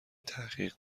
تحقیق